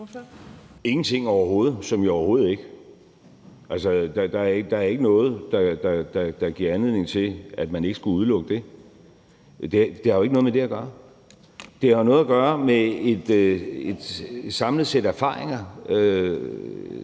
ingenting overhovedet – som i overhovedet ikke. Der er ikke noget, der giver anledning til, at man ikke skulle udelukke det. Det har jo ikke noget med det at gøre. Det har noget at gøre med et samlet sæt erfaringer,